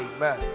Amen